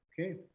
Okay